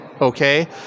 Okay